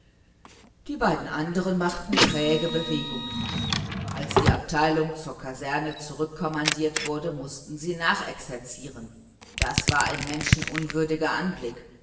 die beiden anderen ungeschickten machten gleichgültige störrische gesichter und träge bewegungen als die abteilung zur kaserne zurück kommandiert wurde mußten sie nachexerzieren das war nun kein schöner anblick